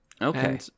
Okay